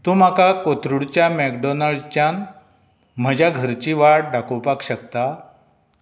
तूं म्हाका कोथरूडच्या मॅकडॉनल्डच्यान म्हज्या घरची वाट दाखोवपाक शकता